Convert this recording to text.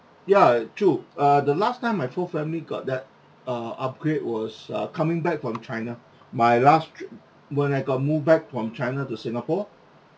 ya true uh the last time my whole family got that uh upgrade was uh coming back from china my last trip when I got move back from china to singapore